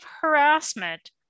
harassment